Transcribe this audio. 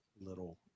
Little